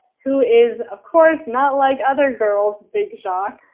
who is of course not like other girls, big shock.